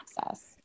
access